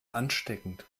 ansteckend